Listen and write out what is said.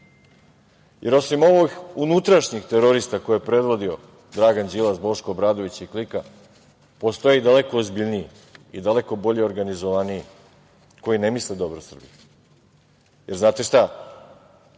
jer osim ovih unutrašnjih terorista koje je predvodio Dragan Đilas, Boško Obradović i klika, postoje daleko ozbiljniji i daleko bolje organizovaniji koji ne misle dobro Srbiji. Jer, znate šta,